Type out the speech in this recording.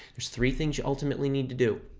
there's three things you ultimately need to do.